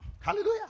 Hallelujah